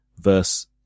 verse